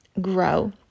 grow